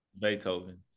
Beethoven